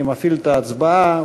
אני מפעיל את ההצבעה,